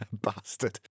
Bastard